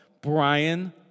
Brian